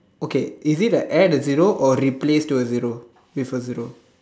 okay is it a add a zero or replace to a zero with a zero